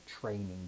training